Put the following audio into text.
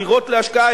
דירות להשקעה,